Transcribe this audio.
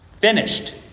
finished